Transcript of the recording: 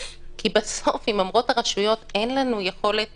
כי בסוף אם אומרות הרשויות: אין לנו יכולת